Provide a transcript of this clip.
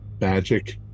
magic